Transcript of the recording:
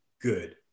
good